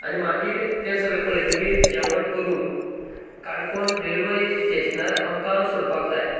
आनी मागीर तें सगळें पळयतकीर जेवण करून काणकोण रेल्वे स्टेशनार आमकां सोडपाक जाय